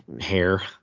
hair